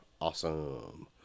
Awesome